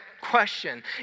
question